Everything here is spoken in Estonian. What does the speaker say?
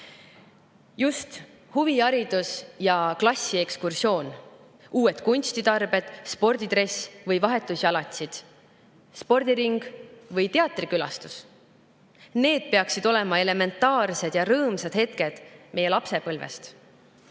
huviharidus ja klassiekskursioon, uued kunstitarbed, spordidress või vahetusjalatsid, spordiring või teatrikülastus. Need peaksid olema elementaarsed ja rõõmsad hetked meie lapsepõlvest.